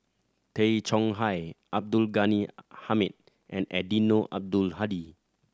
Tay Chong Hai Abdul Ghani Hamid and Eddino Abdul Hadi